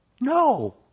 No